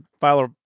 file